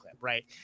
right